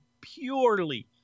purely